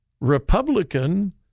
Republican